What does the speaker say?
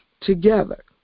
together